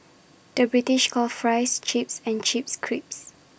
the British calls Fries Chips and Chips Crisps